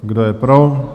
Kdo je pro?